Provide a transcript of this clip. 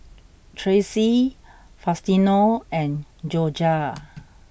Trace Faustino and Jorja